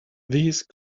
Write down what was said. these